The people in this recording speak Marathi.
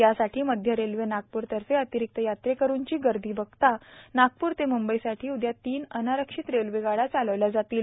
यासाठी मध्य रेल्व नागपूर तर्फे अतिरिक्त यात्रेकरूंची गर्दी बघता नागपूर ते मुंबईसाठी उद्या तीन अनारक्षित रेल्वे गाड्या चालविल्या जातील